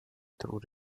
through